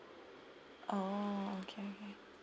oh okay okay